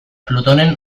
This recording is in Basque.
plutonen